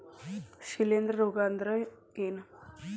ಶಿಲೇಂಧ್ರ ರೋಗಾ ಅಂದ್ರ ಏನ್?